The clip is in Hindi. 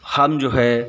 हम जो है